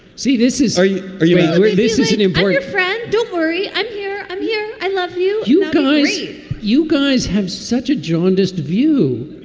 see, this is. are you are you mad? this is a new boyfriend. don't worry. i'm here. i'm here. i love you you guys you guys have such a jaundiced view.